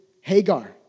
Hagar